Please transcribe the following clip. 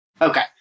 Okay